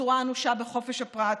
אנושה בחופש הפרט,